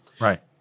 Right